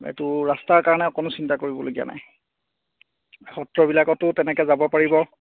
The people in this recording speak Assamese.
এইটো ৰাস্তা কাৰণে অকণো চিন্তা কৰিবলগীয়া নাই সত্ৰবিলাকতো তেনেকৈ যাব পাৰিব